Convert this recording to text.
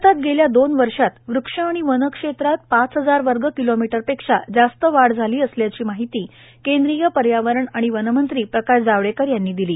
भारतात गेल्या दोन वर्षात वृक्ष आणि वनक्षेत्रात पाच हजार वर्ग किलोमीटर पेक्षा जास्त वाढ झाली असल्याची माहिती केंद्रीय पर्यावरण आणि वनमंत्री प्रकाश जावडेकर यांनी दिली